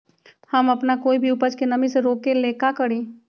हम अपना कोई भी उपज के नमी से रोके के ले का करी?